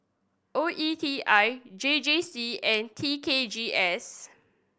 O E T I J J C and T K G S